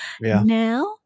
now